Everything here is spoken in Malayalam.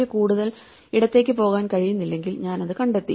എനിക്ക് കൂടുതൽ ഇടത്തേക്ക് പോകാൻ കഴിയുന്നില്ലെങ്കിൽ ഞാൻ അത് കണ്ടെത്തി